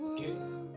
Okay